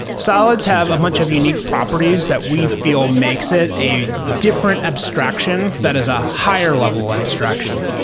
solids have a bunch of unique properties that we feel makes it a different abstraction that is a higher level abstraction.